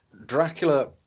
Dracula